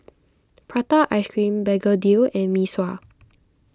Prata Ice Cream Begedil and Mee Sua